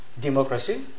democracy